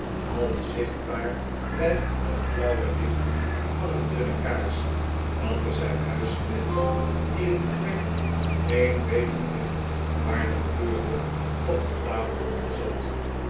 half zichtbaar bij het flauwe licht van een dunne kaars welke zijn huisknecht die een klerk geen beter licht waardig keurde op de tafel had gezet